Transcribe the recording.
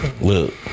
Look